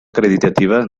acreditativa